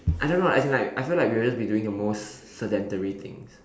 I don't know as in like I feel like we'll be just doing the most sedentary things